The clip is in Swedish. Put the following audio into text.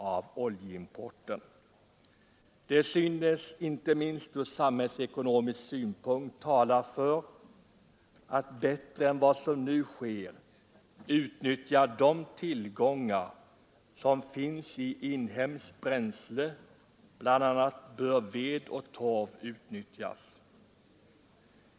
Det synes som om mycket — inte minst ur samhällsekonomisk synpunkt — talar för att vi bättre än vad som nu sker bör utnyttja de tillgångar som finns i inhemskt bränsle. Bl. a. bör ved och torv utnyttjas.